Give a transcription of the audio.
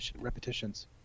repetitions